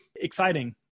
exciting